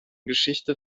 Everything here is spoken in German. geschichte